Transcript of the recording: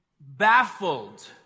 baffled